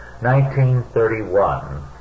1931